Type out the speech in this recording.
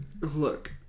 look